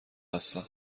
هستم